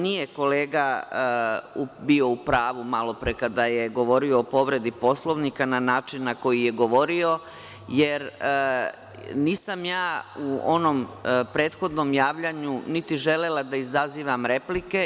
Nije kolega bio u pravu malopre kada je govorio o povredi Poslovnika na način na koji je govorio, jer nisam ja u onom prethodnom javljanju niti želela da izazivam replike.